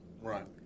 Right